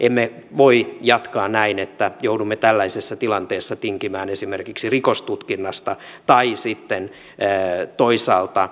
emme voi jatkaa näin että joudumme tällaisessa tilanteessa tinkimään esimerkiksi rikostutkinnasta tai sitten toisaalta liikennevalvonnasta